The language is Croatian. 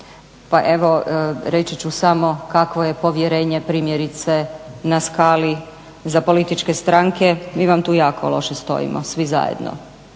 Pa evo reći ću samo kakvo je povjerenje primjerice na skali za političke stranke. Mi vam tu jako loše stojimo svi zajedno.